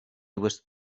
was